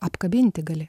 apkabinti gali